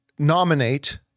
nominate